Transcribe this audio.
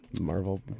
Marvel